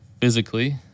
physically